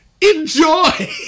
Enjoy